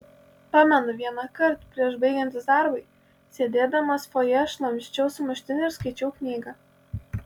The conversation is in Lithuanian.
pamenu vienąkart prieš baigiantis darbui sėdėdamas fojė šlamščiau sumuštinį ir skaičiau knygą